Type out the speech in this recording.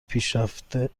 پیشرفته